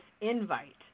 invite